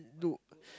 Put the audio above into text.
no